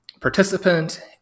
participant